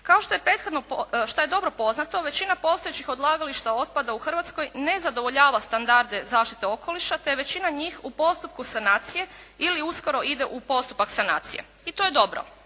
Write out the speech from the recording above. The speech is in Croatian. Kao što je dobro poznato većina postojećih odlagališta otpada u Hrvatskoj ne zadovoljava standarde zaštite okoliša te je većina njih u postupku sanacije ili uskoro ide u postupak sanacije. I to je dobro.